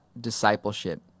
discipleship